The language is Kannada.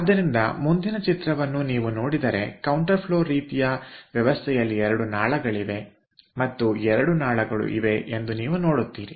ಆದ್ದರಿಂದ ಮುಂದಿನ ಚಿತ್ರವನ್ನು ನಾವು ನೋಡಿದರೆ ಕೌಂಟರ್ ಫ್ಲೋ ರೀತಿಯ ವ್ಯವಸ್ಥೆಯಲ್ಲಿ 2 ನಾಳಗಳಿವೆ ಮತ್ತು 2 ನಾಳಗಳು ಇವೆ ಎಂದು ನೀವು ನೋಡುತ್ತೀರಿ